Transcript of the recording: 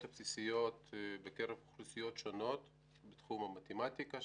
הבסיסיות בקרב אוכלוסיות שונות בתחום המתמטיקה,